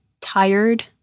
tired